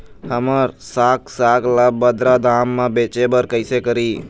हमर साग साग ला बगरा दाम मा बेचे बर कइसे करी?